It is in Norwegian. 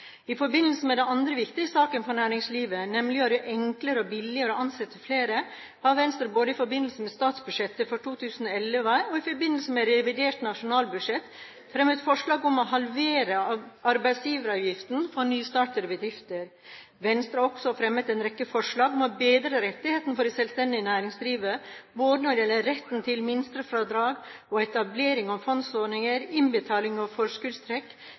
I forbindelse med den andre viktige saken for næringslivet, nemlig å gjøre det enklere og billigere å ansette flere, har Venstre både i forbindelse med statsbudsjettet for 2011 og i forbindelse med revidert nasjonalbudsjett fremmet forslag om å halvere arbeidsgiveravgiften for nystartede bedrifter. Venstre har også fremmet en rekke forslag om å bedre rettighetene for selvstendig næringsdrivende både når det gjelder retten til minstefradrag og etablering av fondsordninger, innbetalinger og forskuddstrekk, og når det gjelder sosiale rettigheter og bedring av